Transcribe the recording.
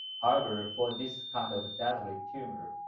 however, for this kind of deadly tumor,